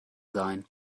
sein